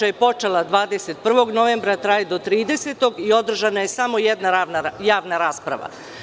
Inače je počela 21. novembra, a traje do 30. i održana je samo jedna javna rasprava.